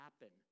happen